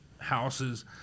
houses